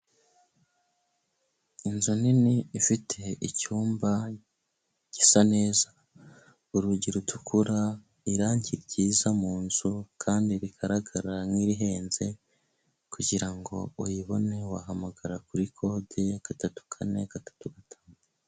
Inzu nini ifite icyumba gisa neza, urugi rutukura, irangi ryiza mu nzu kandi rigaragara nk'irihenze, kugira ngo uyibone wahamagara kuri kode gatatu kane, gatatu gatanu.